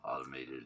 Automated